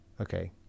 okay